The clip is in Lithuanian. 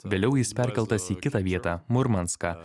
vėliau jis perkeltas į kitą vietą murmanską